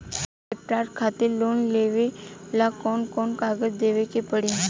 Laptop खातिर loan लेवे ला कौन कौन कागज देवे के पड़ी?